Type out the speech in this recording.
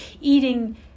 eating